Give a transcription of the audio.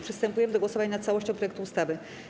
Przystępujemy do głosowania nad całością projektu ustawy.